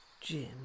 Jim